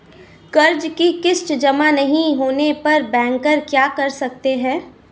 कर्ज कि किश्त जमा नहीं होने पर बैंकर क्या कर सकते हैं?